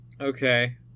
Okay